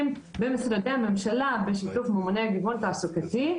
במשרדי הממשלה בשיתוף ממוני הגיוון התעסוקתי.